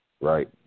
right